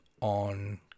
on